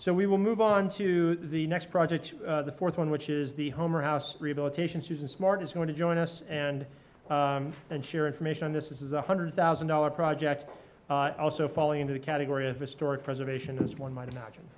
so we will move on to the next project the fourth one which is the home or house rehabilitation susan smart is going to join us and and share information on this is one hundred thousand dollars projects also falling into the category of historic preservation one might imagine